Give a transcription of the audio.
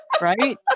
Right